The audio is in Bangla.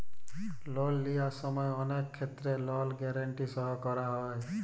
লল লিয়ার সময় অলেক ক্ষেত্রে লল গ্যারাল্টি সই ক্যরা হ্যয়